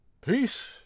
Peace